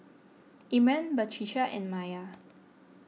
Imran Batrisya and Maya